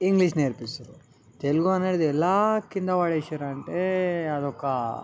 English నేర్పిస్తున్నారు తెలుగు అనేది ఎలా క్రింద పడేసారు అంటే అది ఒక